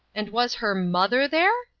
and was her mother there?